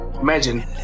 imagine